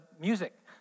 music